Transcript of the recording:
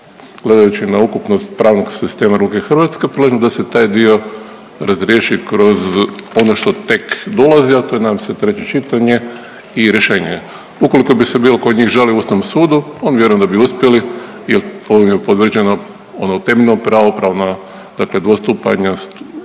gledajući na ukupnost pravnog sistema RH, predlažem da se taj dio razriješi kroz ono što tek dolazi, a to je, nadam se, treće čitanje i rješenje. Ukoliko bi se bilo tko od njih žalio Ustavnom sudu, oni vjerujem da bi uspjeli jer ovim je povrijeđeno ono temeljno pravo, pravo na dakle